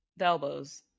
Elbows